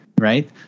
right